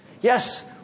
Yes